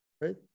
right